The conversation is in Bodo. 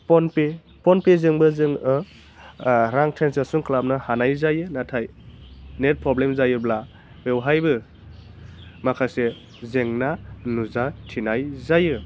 फन पे फन पेजोंबो जोङो रां ट्रान्जेक्सन खालामनो हानाय जायो नाथाय नेट प्रब्लेम जायोब्ला बेवहायबो माखासे जेंना नुजाथिनाय जायो